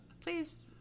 Please